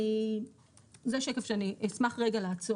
(שקף: ענישה באמצעות מאסרים בעבירות